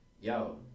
yo